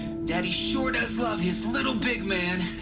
daddy sure does love his little big man!